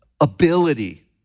ability